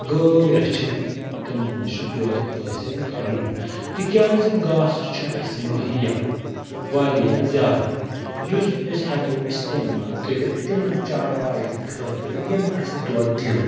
گٲو رٔچھِتھ تِمَن نِشہٕ دۄد حٲصِل کَرُن تِکیازِ گاسہٕ چھُ اَسہِ مہیا واریاہ زیادٕ یُس أسۍ ہٮ۪کَو اِستعمال کٔرِتھ تِمَن چارواین خٲطرٕ یِم اَسہِ دۄد دِنۍ